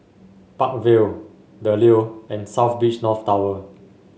Park Vale The Leo and South Beach North Tower